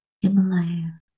Himalaya